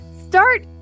start